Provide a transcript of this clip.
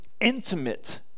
intimate